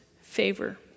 favor